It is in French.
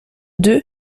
deux